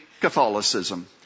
Catholicism